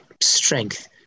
strength